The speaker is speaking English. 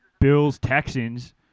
Bills-Texans